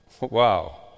Wow